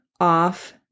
off